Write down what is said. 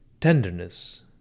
tenderness